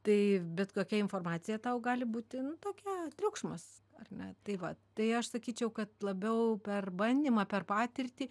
tai bet kokia informacija tau gali būti tokia triukšmas ar ne tai va tai aš sakyčiau kad labiau per bandymą per patirtį